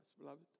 beloved